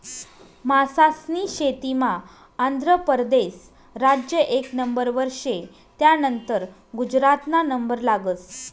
मासास्नी शेतीमा आंध्र परदेस राज्य एक नंबरवर शे, त्यानंतर गुजरातना नंबर लागस